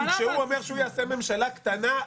כשהוא אומר שהוא יעשה ממשלה קטנה,